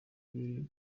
biri